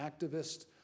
activists